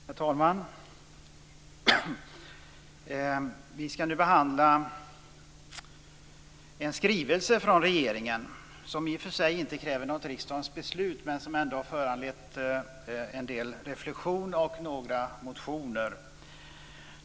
Herr talman! Vi skall nu behandla en skrivelse från regeringen som i och för sig inte kräver något beslut av riksdagen men som ändå har föranlett en del reflexion och några motioner.